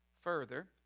Further